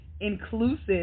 inclusive